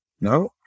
No